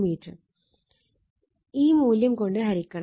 002 m ഈ മൂല്യം കൊണ്ട് ഹരിക്കണം